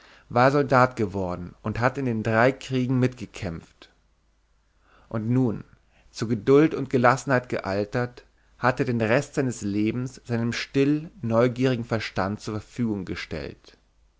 war er soldat geworden und hatte in den drei kriegen mitgekämpft und nun zu geduld und gelassenheit gealtert hatte er den rest seines lebens seinem still neugierigen verstand zur verfügung gestellt